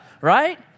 Right